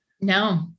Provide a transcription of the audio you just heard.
No